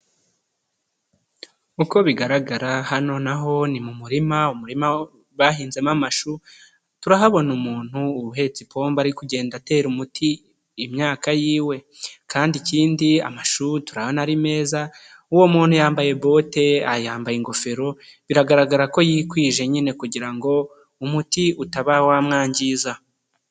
Uko bigaragara hano naho ni mu murima umurima bahinzemo amashu, turahabona umuntu uhetse ipombo ari kugenda atera umuti imyaka yiwe. Kandi ikindi amashu turabona ari meza, uwo muntu yambaye bote, yambaye ingofero, biragaragara ko yikwije nyine kugira ngo umuti utaba wamwangiza.